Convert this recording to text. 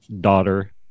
daughter